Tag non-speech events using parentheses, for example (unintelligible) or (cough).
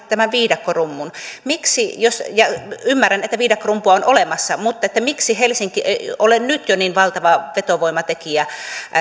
(unintelligible) tämän viidakkorummun miksi ja ymmärrän että viidakkorumpua on olemassa helsinki ei ole jo nyt niin valtava vetovoimatekijä